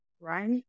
right